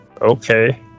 Okay